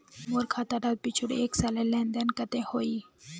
मोर खाता डात पिछुर एक सालेर लेन देन कतेक होइए?